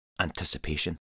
anticipation